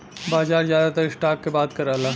बाजार जादातर स्टॉक के बात करला